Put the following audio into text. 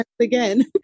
again